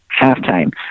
halftime